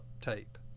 tape